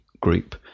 group